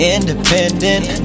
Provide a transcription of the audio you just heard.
Independent